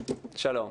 שלום.